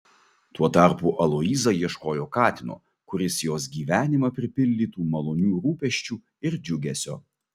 tuo tarpu aloyza ieškojo katino kuris jos gyvenimą pripildytų malonių rūpesčių ir džiugesio